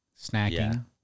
snacking